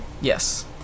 yes